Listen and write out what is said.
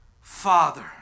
Father